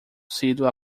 sido